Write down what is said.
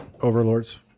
overlords